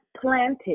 planted